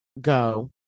go